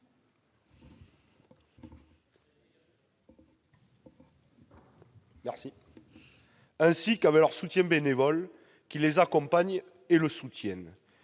ainsi qu'avec les soutiens bénévoles qui les accompagnent et les assistent.